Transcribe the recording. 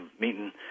meeting